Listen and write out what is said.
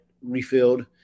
refilled